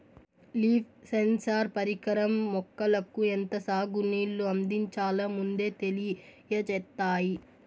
leaf sensor పరికరం మొక్కలకు ఎంత సాగు నీళ్ళు అందించాలో ముందే తెలియచేత్తాది